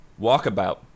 Walkabout